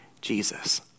Jesus